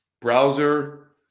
Browser